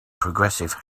progressive